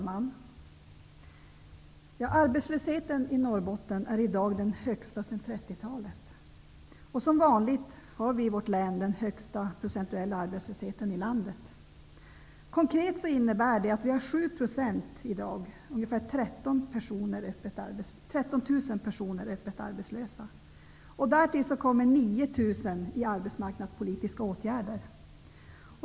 Fru talman! Arbetslösheten i Norrbotten är i dag den högsta sedan 30-talet. Och som vanligt har vi i vårt län den högsta procentuella arbetslösheten i landet. Konkret innebär det att vi i dag har 7 %, ungefär 13 000 personer, öppet arbetslösa. Därtill kommer 9 000 i arbetsmarknadspolitiska åtgärder.